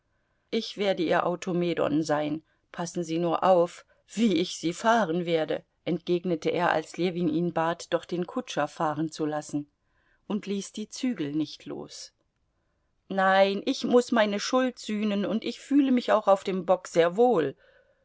ich werde ihr automedon sein passen sie nur auf wie ich sie fahren werde entgegnete er als ljewin ihn bat doch den kutscher fahren zu lassen und ließ die zügel nicht los nein ich muß meine schuld sühnen und ich fühle mich auch auf dem bock sehr wohl